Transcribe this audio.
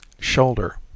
shoulder